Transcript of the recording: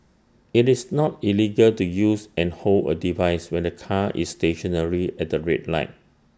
IT is not illegal to use and hold A device when the car is stationary at the red light